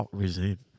resume